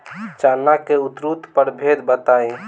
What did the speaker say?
चना के उन्नत प्रभेद बताई?